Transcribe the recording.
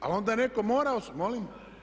A onda netko mora, molim?